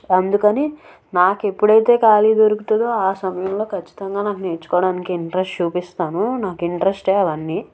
అందుకని నాకు ఎప్పుడైతే ఖాళీ దొరుకుతుందో ఆ సమయంలో కచ్చితంగా నాకు నేర్చుకోవడానికి ఇంట్రెస్ట్ చూపిస్తాను నాకు ఇంట్రెస్ట్ అవన్నీ